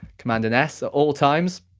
command and s, at all times.